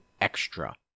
extra